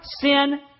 sin